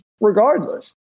regardless